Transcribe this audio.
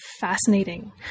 fascinating